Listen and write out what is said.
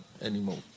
anymore